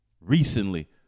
Recently